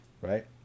right